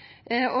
etablert.